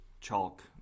chalk